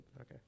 Okay